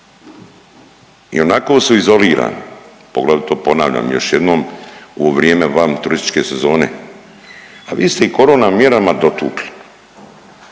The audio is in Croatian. i onako su izolirani, poglavito ponavljam još jednom u vrijeme van turističke sezone, a vi ste ih korona mjerama dotukli,